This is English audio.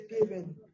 given